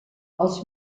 els